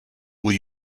will